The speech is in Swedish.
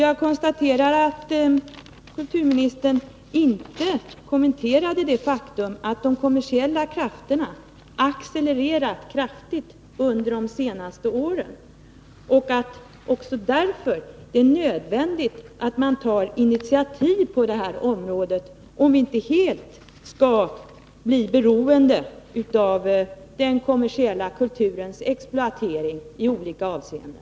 Jag konstaterar att kulturministern inte kommenterade det faktum att de kommersiella krafterna accelererat kraftigt under de senaste åren. Därför är det nödvändigt att man tar initiativ på det här området, om vi inte helt skall bli beroende av den kommersiella kulturens exploatering i olika avseenden.